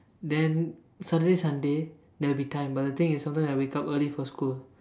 then Saturday and Sunday there will be time but the thing is sometimes I wake up early for school